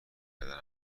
کردن